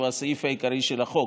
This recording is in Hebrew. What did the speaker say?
שהוא הסעיף העיקרי של החוק.